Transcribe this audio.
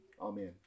Amen